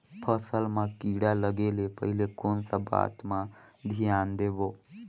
फसल मां किड़ा लगे ले पहले कोन सा बाता मां धियान देबो?